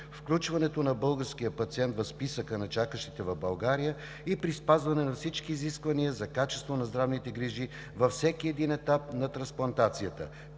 включването на българския пациент в списъка на чакащите в България и при спазване на всички изисквания за качество на здравните грижи във всеки един етап на трансплантацията